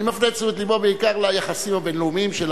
אני מפנה את תשומת לבו בעיקר ליחסים הבין-לאומיים שלנו,